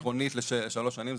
אין לנו התנגדות עקרונית לשלוש שנים,